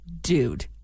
dude